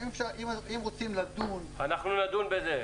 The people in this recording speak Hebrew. אם רוצים לדון בנושא הזה --- אנחנו נדון בזה,